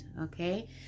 okay